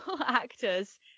actors